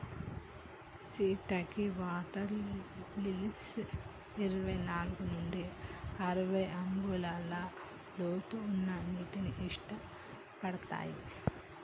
సీత గీ water lilies ఇరవై నాలుగు నుండి అరవై అంగుళాల లోతు ఉన్న నీటిని ఇట్టపడతాయి